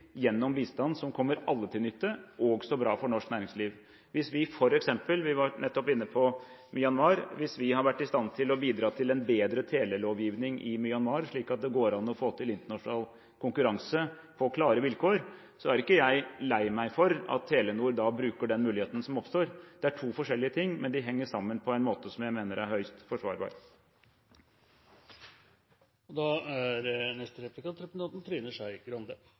gjennom bistand som kommer alle til nytte, også bra for norsk næringsliv. Hvis vi f.eks. – vi var nettopp inne på Myanmar – har vært i stand til å bidra til en bedre telelovgivning i Myanmar, slik at det går an å få til internasjonal konkurranse på klare vilkår, er ikke jeg lei meg for at Telenor bruker den muligheten som oppstår. Det er to forskjellige ting, men de henger sammen på en måte som jeg mener er høyst